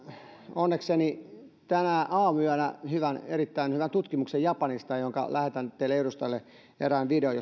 onnekseni tänään aamuyöllä erittäin hyvän tutkimuksen japanista jonka lähetän teille edustajille erään videon